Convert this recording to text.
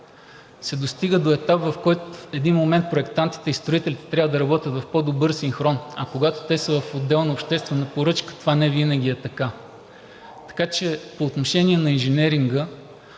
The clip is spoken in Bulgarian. се достига до етап, в който в един момент проектантите и строителите трябва да работят в по-добър синхрон, а когато те са в отделна обществена поръчка, това невинаги е така. Така че по отношение на инженеринга